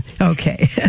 Okay